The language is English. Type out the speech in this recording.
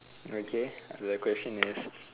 okay the question is